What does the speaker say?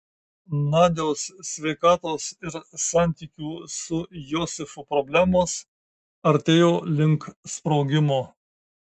nadios sveikatos ir santykių su josifu problemos artėjo link sprogimo